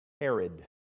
Herod